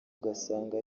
ugasanga